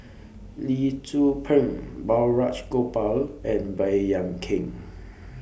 Lee Tzu Pheng Balraj Gopal and Baey Yam Keng